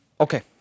Okay